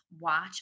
watch